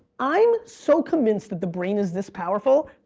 i'm so convinced that the brain is this powerful,